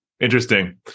Interesting